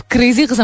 Crazy